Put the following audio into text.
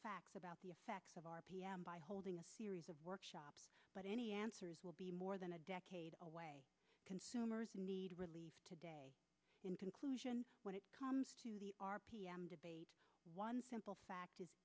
facts about the effects of r p m by holding a series of workshops but any answers will be more than a decade away consumers need relief today in conclusion when it comes to the r p m debate one simple fact is